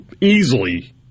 easily